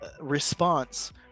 response